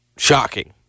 Shocking